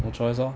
no choice lor